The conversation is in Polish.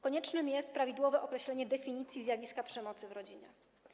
Koniecznym jest prawidłowe określenie definicji zjawiska przemocy w rodzinie.